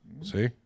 see